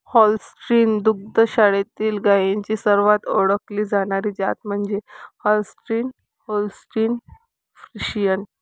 Holstein दुग्ध शाळेतील गायींची सर्वात ओळखली जाणारी जात म्हणजे होल्स्टीन होल्स्टीन फ्रिशियन